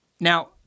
Now